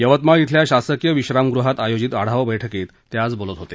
यवतमाळ इथल्या शसकीय विश्रामग़हात आयोजित आढावा बैठकीत ते बोलत होते